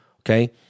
Okay